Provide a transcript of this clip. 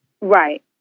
Right